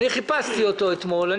חיפשתי אותו אתמול.